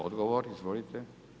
Odgovor izvolite.